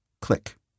click